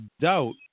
doubt